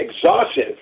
exhaustive